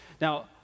Now